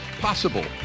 possible